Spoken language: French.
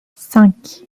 cinq